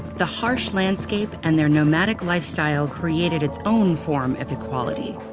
the harsh landscape and their nomadic lifestyle created its own form of equality.